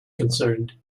concerned